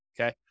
okay